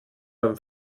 beim